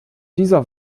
dieser